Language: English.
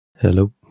Hello